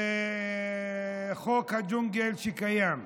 וחוק הג'ונגל שקיים.